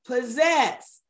possess